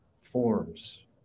forms